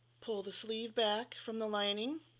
pull the sleeve back from the lining